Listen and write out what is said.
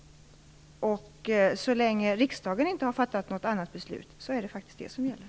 Så länge riksdagen inte har fattat något annat beslut är det faktiskt det som gäller.